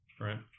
right